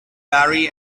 bari